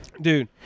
Dude